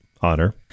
honor